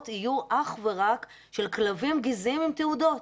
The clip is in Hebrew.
יהיו אך ורק של כלבים גזעיים עם תעודות.